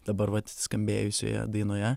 dabar vat skambėjusioje dainoje